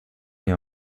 ihr